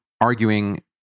arguing